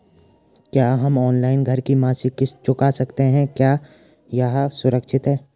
क्या हम ऑनलाइन घर की मासिक किश्त चुका सकते हैं क्या यह सुरक्षित है?